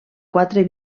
quatre